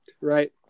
right